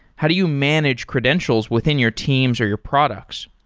how do you manage credentials within your teams or your products?